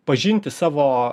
pažinti savo